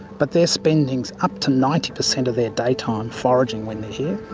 but they're spending up to ninety percent of their daytime foraging when they're here.